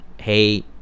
hey